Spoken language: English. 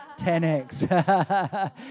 10X